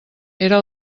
era